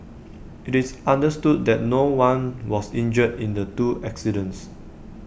IT is understood that no one was injured in the two accidents